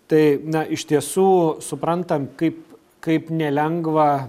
tai na iš tiesų suprantam kaip kaip nelengva